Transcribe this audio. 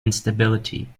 instability